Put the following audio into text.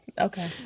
okay